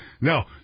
No